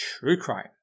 truecrime